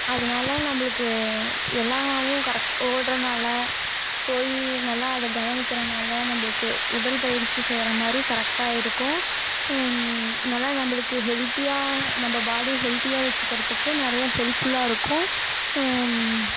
அதனால நம்மளுக்கு எல்லாவும் கரெக்ட் ஓடுறனால போய் நல்லா அதை கவனிக்கிறதுனால நம்மளுக்கு உடல் பயிற்சி செய்கிறா மாதிரி கரெக்டாக இருக்கும் நல்லா நம்மளுக்கு ஹெல்த்தியாக நம்ம பாடி ஹெல்த்தியாக வச்சுக்கிறதுக்கு நிறைய ஹெல்ப்ஃபுல்லாக இருக்கும்